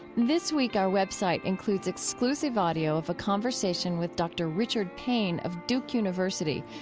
this week our web site includes exclusive audio of a conversation with dr. richard payne of duke university,